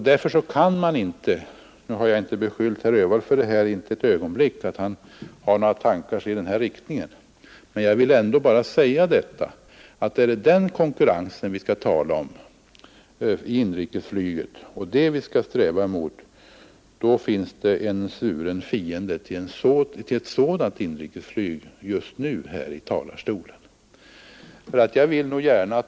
Nu har jag inte ett ögonblick velat beskylla herr Öhvall för att ha några tankar i denna riktning, men jag vill ändå säga att är det den sortens konkurrens vi skall sträva efter när det gäller inrikesflyget finns det just nu i denna talarstol en svuren fiende till det systemet.